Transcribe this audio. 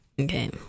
Okay